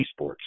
esports